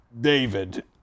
David